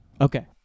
Okay